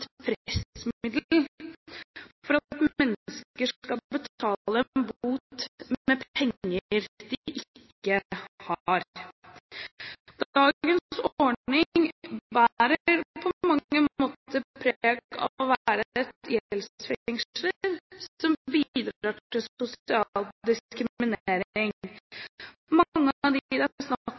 for at mennesker skal betale en bot med penger de ikke har. Dagens ordning bærer på mange måter preg av å være et gjeldsfengsel som bidrar til sosial diskriminering. Mange av dem det er snakk om, er tunge rusmisbrukere. De